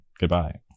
Goodbye